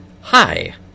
Hi